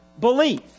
belief